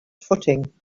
footing